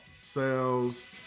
sales